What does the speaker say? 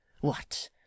What